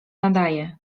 nadaję